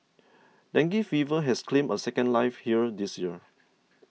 dengue fever has claimed a second life here this year